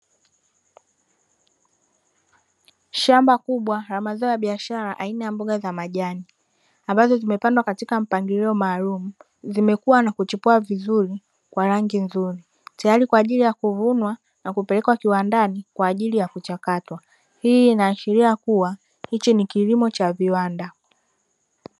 Shamba kubwa la mazao ya biashara aina ya mboga za majani ambazo zimepandwa katika mpangilio maalumu zimekua na kuchipua vizuri kwa rangi nzuri tayari kwa ajili ya kuvunwa na kupelekwa kiwandani kwa ajili ya kuchakatwa. Hii inaashiria kuwa hichi ni kilimo cha viwanda.